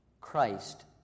Christ